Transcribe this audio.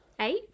Eight